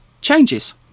changes